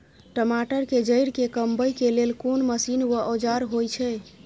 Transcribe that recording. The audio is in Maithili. टमाटर के जईर के कमबै के लेल कोन मसीन व औजार होय छै?